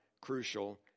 crucial